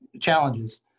challenges